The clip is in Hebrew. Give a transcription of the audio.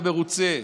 ומרוצה,